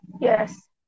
yes